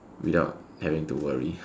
without having to worry